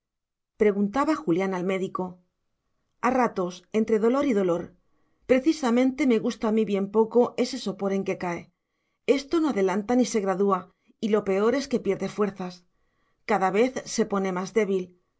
preguntaba julián al médico a ratos entre dolor y dolor precisamente me gusta a mí bien poco ese sopor en que cae esto no adelanta ni se gradúa y lo peor es que pierde fuerzas cada vez se me pone más débil